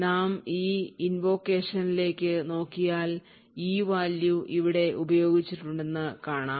നാം ഈ invocation ലേക്ക് നോക്കിയാൽ e value ഇവിടെ ഉപയോഗിച്ചിട്ടുണ്ടെന്ന് കാണാം